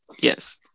Yes